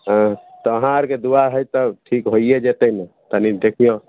हँ तऽ अहाँ आओरके दुआ हइ तऽ ठीक होइए जेतै ने कनि देखिऔ